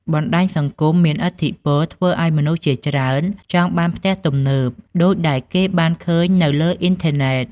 បណ្ដាញសង្គមមានឥទ្ធិពលធ្វើឱ្យមនុស្សជាច្រើនចង់បានផ្ទះទំនើប ដូចដែលគេបានឃើញនៅលើអ៊ីនធឺណេត។